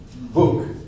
book